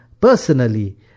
personally